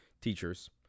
teachers